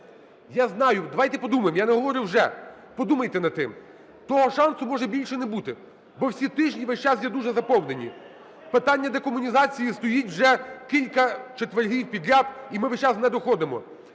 Я знаю, давайте подумаємо, я не говорю вже. Подумайте над тим, того шансу може більше не бути, бо всі тижні весь час є дуже заповнені. Питання декомунізації стоїть вже кілька четвергів підряд, і ми весь час не доходимо.